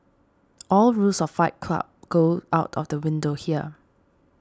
all rules of Fight Club go out of the window here